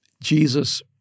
Jesus